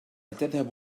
تذهب